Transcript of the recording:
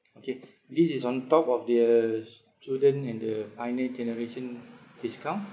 okay this is on top of the s~ student and the pioneer generation discount